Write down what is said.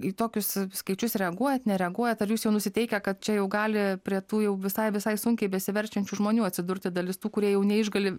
į tokius skaičius reaguojat nereaguojat ar jūs jau nusiteikę kad čia jau gali prie tų jau visai visai sunkiai besiverčiančių žmonių atsidurti dalis tų kurie jau neišgali